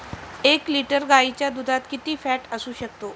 एक लिटर गाईच्या दुधात किती फॅट असू शकते?